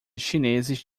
chineses